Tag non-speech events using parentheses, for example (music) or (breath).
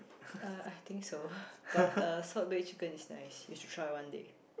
uh I think so (breath) but uh salt baked chicken is nice you should try one day